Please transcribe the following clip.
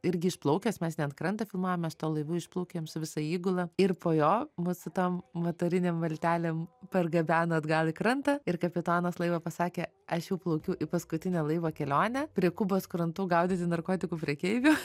irgi išplaukęs mes net krantą filmavome su tuo laivu išplaukėm su visa įgula ir po jo mus tom motorinėm valtelėm pargabeno atgal į krantą ir kapitonas laivo pasakė aš jau plaukiu į paskutinę laivo kelionę prie kubos krantų gaudyti narkotikų prekeivių